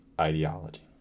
ideology